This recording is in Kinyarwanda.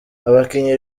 abakinnyi